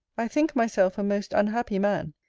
i think myself a most unhappy man,